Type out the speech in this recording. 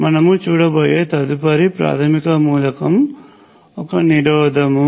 మనము చూడబోయే తదుపరి ప్రాథమిక మూలకం ఒక నిరోధకము